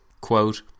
Quote